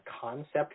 concept